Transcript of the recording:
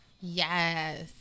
Yes